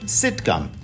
sitcom